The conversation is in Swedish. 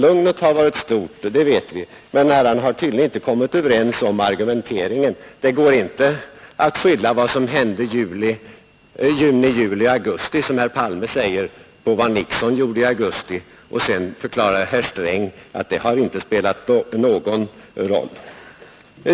Ja, att lugnet har varit stort vet vi, men herrarna har tydligen inte kommit överens om argumenteringen. Det går inte att skylla vad som hände i juni, juli och augusti, vilket herr Palme gör, på Nixons åtgärder i augusti. Sedan förklarar herr Sträng att detta inte har spelat någon som helst roll.